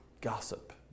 gossip